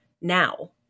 now